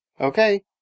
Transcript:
okay